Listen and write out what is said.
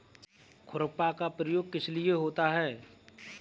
खुरपा का प्रयोग किस लिए होता है?